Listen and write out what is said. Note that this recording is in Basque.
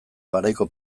garaiko